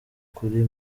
kuri